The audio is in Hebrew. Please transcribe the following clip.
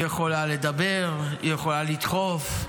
היא יכולה לדבר, היא יכולה לדחוף,